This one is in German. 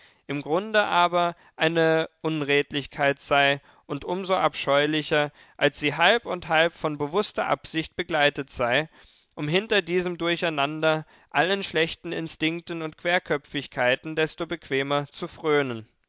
im grunde aber eine unredlichkeit sei und um so abscheulicher als sie halb und halb von bewußter absicht begleitet sei um hinter diesem durcheinander allen schlechten instinkten und querköpfigkeiten desto bequemer zu frönen